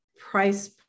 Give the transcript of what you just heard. price